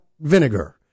vinegar